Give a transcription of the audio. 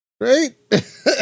right